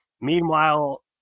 Meanwhile